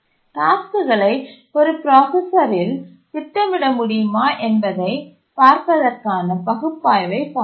டாஸ்க்குகளை ஒரு பிராசசரில் திட்டமிட முடியுமா என்பதைப் பார்ப்பதற்கான பகுப்பாய்வைப் பார்த்தோம்